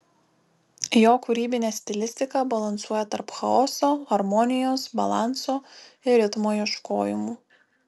jo kūrybinė stilistika balansuoja tarp chaoso harmonijos balanso ir ritmo ieškojimų